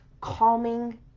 calming